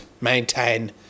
maintain